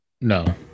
no